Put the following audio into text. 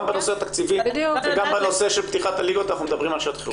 גם בנושא התקציבי וגם בנושא של פתיחת הליגות אנחנו מדברים על שעת חירום.